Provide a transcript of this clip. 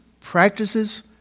practices